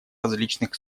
различных